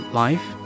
life